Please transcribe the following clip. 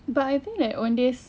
but I think like owndays